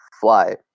fly